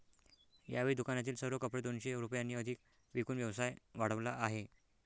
यावेळी दुकानातील सर्व कपडे दोनशे रुपयांनी अधिक विकून व्यवसाय वाढवला आहे